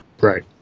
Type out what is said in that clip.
Right